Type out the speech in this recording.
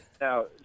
Now